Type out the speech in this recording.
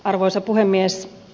arvoisa puhemies